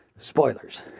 Spoilers